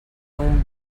non